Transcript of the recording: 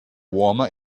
warmer